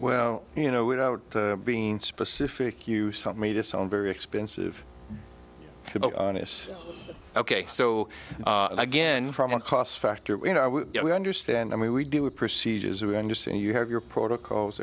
well you know without being specific you something made it sound very expensive and it's ok so again from a cost factor you know i would understand i mean we deal with procedures we understand you have your protocols